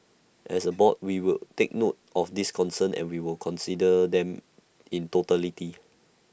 as A board we would take note of these concerns and will consider them in totality